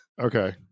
okay